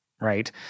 Right